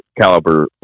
caliber